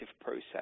process